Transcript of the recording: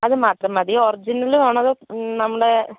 അത് മാത്രം മതി ഒറിജിനൽ വേണോ അതോ നമ്മൾ